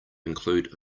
include